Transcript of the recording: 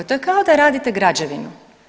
To je kao da radite građevinu.